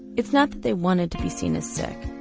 it's not that they wanted to be seen as sick,